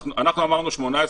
אנחנו אמרנו 18,